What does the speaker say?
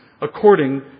according